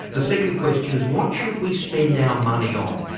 the second question is what should we spend our money on?